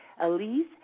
Elise